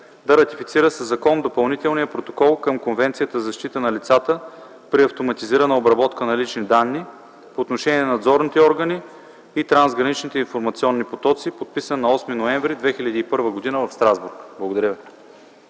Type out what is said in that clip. да ратифицира със закон Допълнителния протокол към Конвенцията за защита на лицата при автоматизирана обработка на лични данни, по отношение на надзорните органи и трансграничните информационни потоци, подписан на 8 ноември 2001 г. в Страсбург.” Благодаря ви.